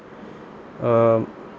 um